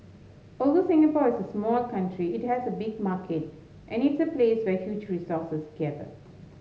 although Singapore is a small country it has a big market and its a place where huge resources gather